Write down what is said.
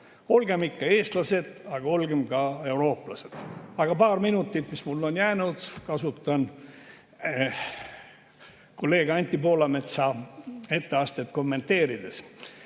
Olgem ikka eestlased, aga olgem ka eurooplased! Paari minutit, mis mul on jäänud, kasutan kolleeg Anti Poolametsa etteaste kommenteerimiseks.